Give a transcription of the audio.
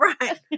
Right